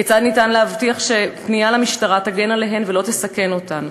כיצד ניתן להבטיח שפנייה למשטרה תגן עליהן ולא תסכן אותן.